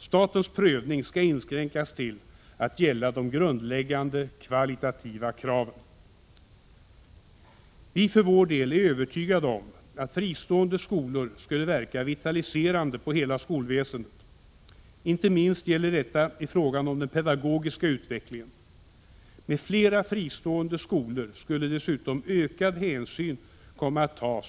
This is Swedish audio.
Statens prövning skall inskränkas till att gälla de grundläggande kvalitativa kraven. Vi för vår del är övertygade om att fristående skolor skulle verka vitaliserande på hela skolväsendet. Inte minst gäller detta i fråga om den pedagogiska utvecklingen. Med flera fristående skolor skulle dessutom ökad hänsyn komma att tas